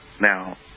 Now